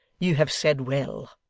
you have said well,